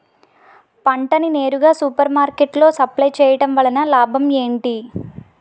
పంట ని నేరుగా సూపర్ మార్కెట్ లో సప్లై చేయటం వలన లాభం ఏంటి?